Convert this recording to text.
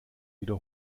wieder